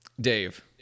Dave